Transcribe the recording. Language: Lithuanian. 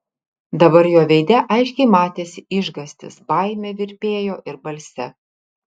dabar jo veide aiškiai matėsi išgąstis baimė virpėjo ir balse